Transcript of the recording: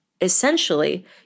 Essentially